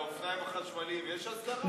ועל האופניים החשמליים יש אסדרה?